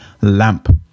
LAMP